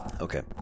okay